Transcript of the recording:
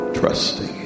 trusting